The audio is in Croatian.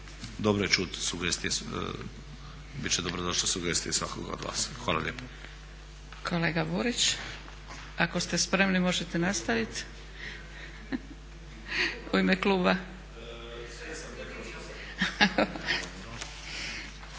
Dobro je čuti sugestije, bit će dobrodošle sugestije svakoga od vas. Hvala lijepo. **Zgrebec, Dragica (SDP)** Kolega Burić, ako ste spremni možete nastavit u ime kluba.